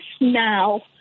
now